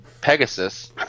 Pegasus